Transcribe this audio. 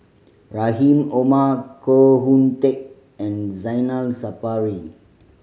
Rahim Omar Koh Hoon Teck and Zainal Sapari